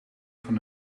van